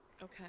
Okay